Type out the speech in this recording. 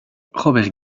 robert